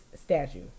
statue